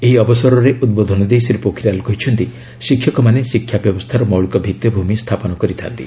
ଏହି ଅବସରରେ ଉଦ୍ବୋଧନ ଦେଇ ଶୀ ପୋଖରିଆଲ୍ କହିଛନ୍ତି ଶିକ୍ଷକମାନେ ଶିକ୍ଷା ବ୍ୟବସ୍ଥାର ମୌଳିକ ଭିଭିଭ୍ରମି ସ୍ଥାପନ କରିଥାନ୍ତି